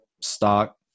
stock